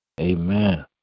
Amen